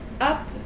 up